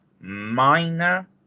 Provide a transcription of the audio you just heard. minor